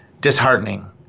disheartening